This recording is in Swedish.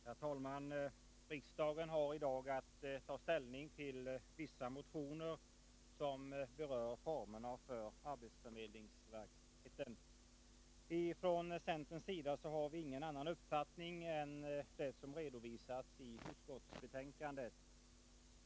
Herr talman! Riksdagen har i dag att ta ställning till vissa motioner som berör formerna för arbetsförmedlingsverksamheten. Ifrån centerns sida har vi ingen annan uppfattning än den som redovisats i utskottsbetänkandet.